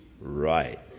Right